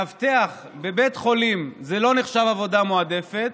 מאבטח בבית חולים זה לא נחשב עבודה מועדפת.